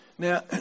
Now